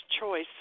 choice